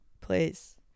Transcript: Please